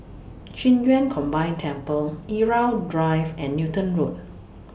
Qing Yun Combined Temple Irau Drive and Newton Road